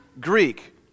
Greek